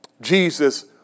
Jesus